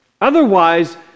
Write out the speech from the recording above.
Otherwise